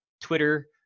Twitter